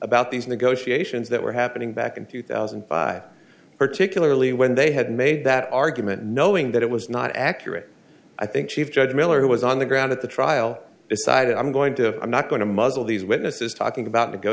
about these negotiations that were happening back in two thousand and five particularly when they had made that argument knowing that it was not accurate i think chief judge miller who was on the ground at the trial decided i'm going to i'm not going to muzzle these witnesses talking about